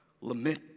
Lament